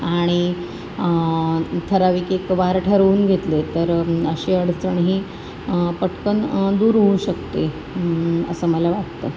आणि ठरावीक एक वार ठरवून घेतले तर अशी अडचण ही पटकन दूर होऊ शकते असं मला वाटतं